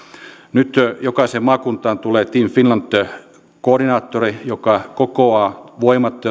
nyt jokaiseen maakuntaan tulee team finland koordinaattori joka kokoaa voimat